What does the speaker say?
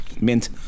mint